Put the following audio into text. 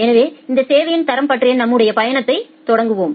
எனவே இந்த சேவையின் தரம் பற்றிய நம்முடைய பயணத்தைத் தொடங்குவோம்